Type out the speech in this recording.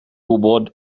gwybod